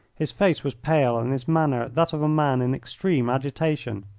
his face was pale and his manner that of a man in extreme agitation.